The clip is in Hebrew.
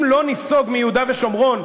אם לא ניסוג מיהודה ושומרון,